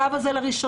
הקו הזה לראשונה,